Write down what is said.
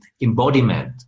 embodiment